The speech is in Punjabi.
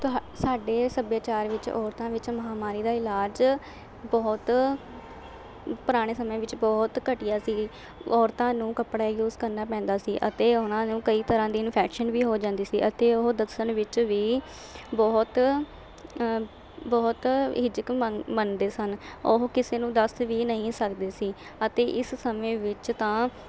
ਤੁਹਾ ਸਾਡੇ ਸੱਭਿਆਚਾਰ ਵਿੱਚ ਔਰਤਾਂ ਵਿੱਚ ਮਹਾਂਮਾਰੀ ਦਾ ਇਲਾਜ ਬਹੁਤ ਪੁਰਾਣੇ ਸਮਿਆਂ ਵਿੱਚ ਬਹੁਤ ਘਟੀਆ ਸੀ ਔਰਤਾਂ ਨੂੰ ਕੱਪੜਾ ਯੂਜ਼ ਕਰਨਾ ਪੈਂਦਾ ਸੀ ਅਤੇ ਉਹਨਾਂ ਨੂੰ ਕਈ ਤਰ੍ਹਾਂ ਦੀ ਇੰਨਫੈਕਸ਼ਨ ਵੀ ਹੋ ਜਾਂਦੀ ਸੀ ਅਤੇ ਉਹ ਦੱਸਣ ਵਿੱਚ ਵੀ ਬਹੁਤ ਬਹੁਤ ਝਿਜਕ ਮੰਨ ਮੰਨਦੇ ਸਨ ਉਹ ਕਿਸੇ ਨੂੰ ਦੱਸ ਵੀ ਨਹੀਂ ਸਕਦੇ ਸੀ ਅਤੇ ਇਸ ਸਮੇਂ ਵਿੱਚ ਤਾਂ